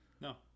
no